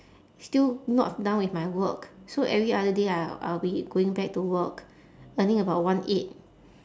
still not done with my work so every other day I I will be going back to work earning about one eight